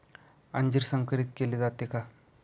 अंजीर संकरित केले जाते का?